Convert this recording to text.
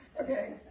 Okay